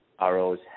ROs